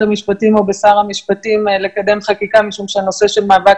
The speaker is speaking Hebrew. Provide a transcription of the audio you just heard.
המשפטים או בשר המשפטים לקדם חקיקה משום שהנושא של מאבק